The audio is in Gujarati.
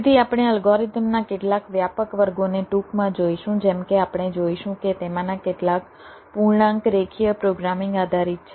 તેથી આપણે અલ્ગોરિધમના કેટલાક વ્યાપક વર્ગોને ટૂંકમાં જોઈશું જેમ કે આપણે જોઈશું કે તેમાંના કેટલાક પૂર્ણાંક રેખીય પ્રોગ્રામિંગ આધારિત છે